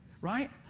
right